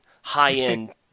high-end